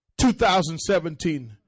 2017